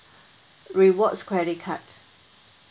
rewards credit card